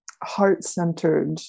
heart-centered